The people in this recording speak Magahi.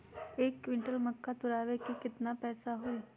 एक क्विंटल मक्का तुरावे के केतना पैसा होई?